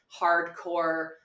hardcore